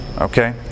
Okay